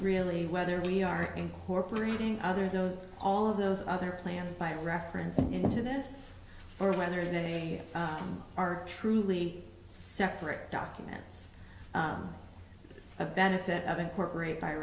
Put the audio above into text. really whether you are incorporating other those all of those other plans by reference into this or whether they are truly separate documents a benefit of incorporate by